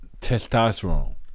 Testosterone